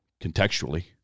contextually